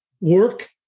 work